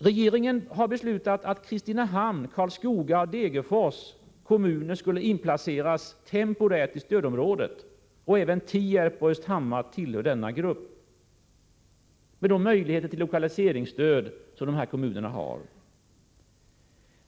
Regeringen har beslutat att Kristinehamn, Karlskoga och Degerfors kommuner skall inplaceras temporärt i stödområdet, och även Tierp och Östhammar tillhör denna grupp, med de möjligheter till lokaliseringsstöd som det innebär.